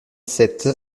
sept